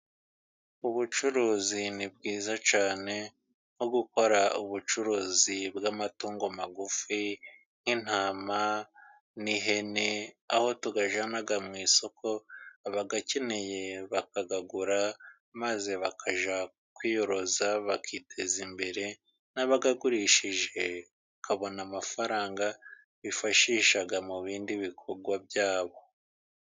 Ubucuruzi ni bwiza cyane, nko gukora ubucuruzi bw'amatungo magufi nk'intama, ni ihene, aho tuyajyana mu isoko abayakeneye bakayagura, maze bakajya kwiyoroza bakiteza imbere n'abayagurishije bakabona amafaranga, bifashisha mu bindi bikorwa byabo.